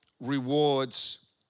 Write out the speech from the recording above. rewards